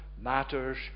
matters